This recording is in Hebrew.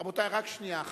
רבותי, רק שנייה אחת,